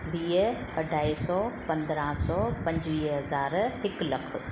वीह अढाई सौ पंद्रहं सौ पंजुवीह हज़ार हिकु लखु